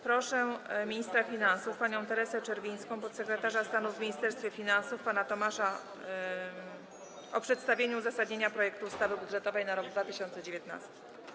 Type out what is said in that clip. Proszę ministra finansów panią Teresę Czerwińską i podsekretarza stanu w Ministerstwie Finansów pana Tomasza Robaczyńskiego o przedstawienie uzasadnienia projektu ustawy budżetowej na rok 2019.